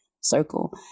circle